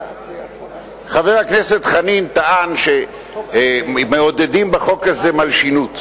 חבר הכנסת חנין טען שמעודדים בחוק הזה מלשינות.